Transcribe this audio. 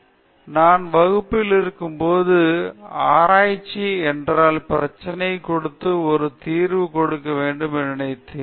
பக்தி படேல் நான் வகுப்பின் இருக்கும்போது ஆராய்ச்சி என்றால் பிரச்சனையை கொடுத்து ஒரு தீர்வு கொடுக்க வேண்டும் என்று நினைத்தேன்